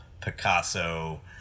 picasso